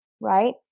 right